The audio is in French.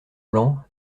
blancs